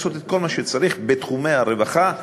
לעשות כל מה שצריך בתחומי הרווחה.